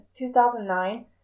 2009